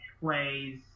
plays